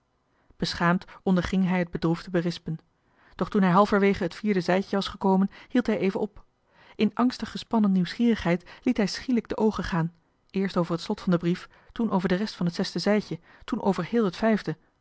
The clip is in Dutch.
beschaamd onderging hij het bedroefde berispen doch toen hij halverwege het vierde zijdje was gekomen hield hij even op in angstig gespannen nieuwsgierigheid liet hij schielijk de oogen gaan eerst over het slot van den brief toen over de rest van het zesde zijdje toen over heel het vijfde